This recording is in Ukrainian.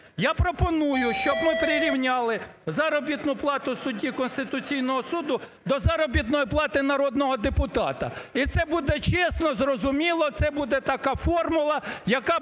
Я пропоную, щоб ми прирівняли заробітну плату судді Конституційного Суду до заробітної плати народного депутата, і це буде чесно, зрозуміло, це буде така формула, яка